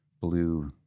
blue